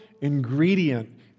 ingredient